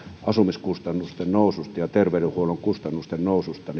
asumiskustannusten noususta ja terveydenhuollon kustannusten noususta